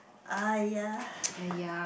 aiyah